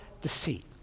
deceit